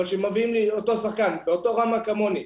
כשמביאים לי אותו שחקן באותה רמה כמוני,